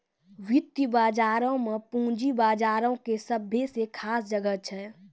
वित्तीय बजारो मे पूंजी बजारो के सभ्भे से खास जगह छै